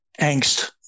angst